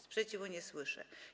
Sprzeciwu nie słyszę.